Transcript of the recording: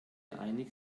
einig